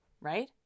right